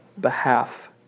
behalf